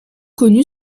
connu